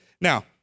Now